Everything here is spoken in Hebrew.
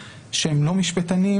ראשית רועי פרידמן,